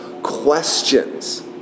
questions